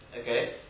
okay